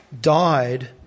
died